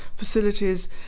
facilities